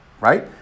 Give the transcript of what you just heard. right